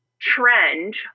trend